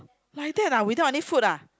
like that ah without any food ah